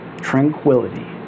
Tranquility